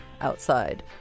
outside